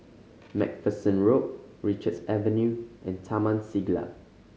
Macpherson Road Richards Avenue and Taman Siglap